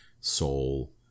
Soul